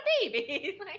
baby